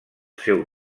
seu